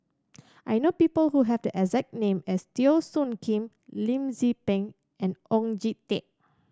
I know people who have the exact name as Teo Soon Kim Lim Tze Peng and Oon Jin Teik